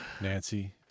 Nancy